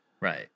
Right